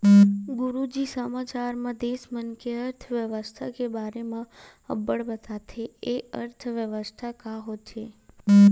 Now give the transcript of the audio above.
गुरूजी समाचार म देस मन के अर्थबेवस्था के बारे म अब्बड़ बताथे, ए अर्थबेवस्था का होथे?